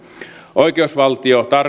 oikeusvaltio